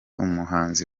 umuhanzi